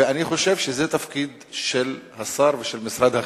ואני חושב שזה תפקיד של השר ושל משרד החינוך.